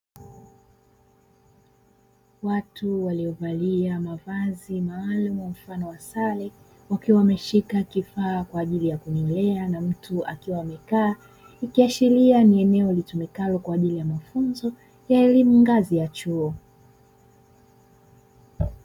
Watu waliovalia mavazi maalumu mfano wa sare wakiwa wameshika kifaa kwa ajili ya kunyolea na mtu akiwa amekaa, ikiashiria ni eneo litumikalo kwa ajili ya mafunzo ya elimu ngazi ya chuo.